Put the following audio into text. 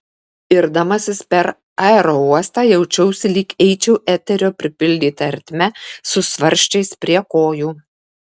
irdamasi per aerouostą jaučiausi lyg eičiau eterio pripildyta ertme su svarsčiais prie kojų